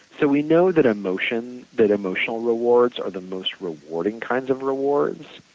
so, we know that emotion that emotional rewards are the most rewarding kinds of rewards.